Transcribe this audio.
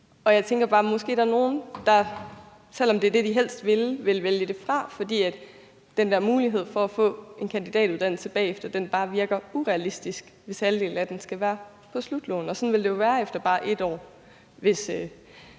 Jeg tænker bare, at der er nogle, der, selv om det er det, de helst vil, vil vælge det fra, fordi den der mulighed for at få en kandidatuddannelse bagefter bare virker urealistisk, hvis halvdelen af den skal være på slutlån. Og sådan vil det jo være efter bare et år, hvis